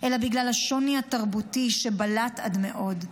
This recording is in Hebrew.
אלא בגלל השוני התרבותי שבלט עד מאוד,